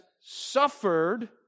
suffered